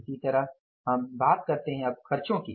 इसी तरह अब बात करते हैं अब खर्चों की